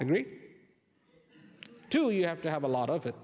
agree to you have to have a lot of it